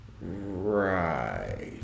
Right